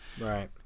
Right